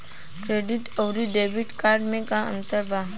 Credit अउरो debit card मे का अन्तर बा?